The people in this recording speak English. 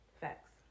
Facts